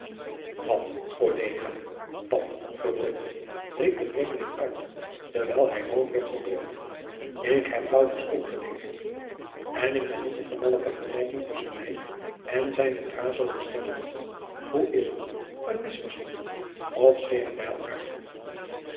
wat collega wat verdrukte riep de vreemdeling uit terwijl hij rood werd van drift ik heb plautus ook gelezen en ik ben niet op de malle vergelijking tusschen mij en zijnen thraso gesteld hoe is het een misverstand of scheeren wij elkaêr